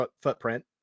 footprint